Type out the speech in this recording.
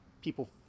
people